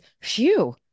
phew